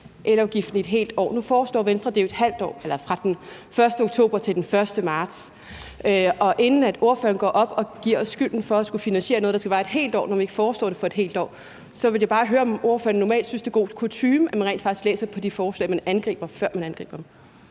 elafgiften i et helt år. Nu foreslår Venstre jo, at det skal være fra den 1. oktober til den 1. marts. Inden ordføreren går op og giver os skylden i forhold til at skulle finansiere noget, der skal vare et helt år, når vi ikke foreslår det for et helt år, så vil jeg bare høre, om ordføreren normalt synes, at det er god kutyme, at man rent faktisk læser de forslag, man angriber, før man angriber dem.